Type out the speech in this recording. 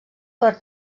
per